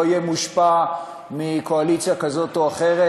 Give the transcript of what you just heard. יהיה מושפע מקואליציה כזאת או אחרת,